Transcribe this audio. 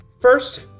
first